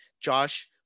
Josh